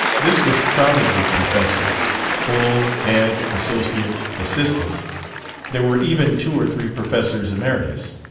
this was crowded with professors full, head, associate, assistant there were even two or three professors emeritus.